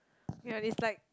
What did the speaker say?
yea is like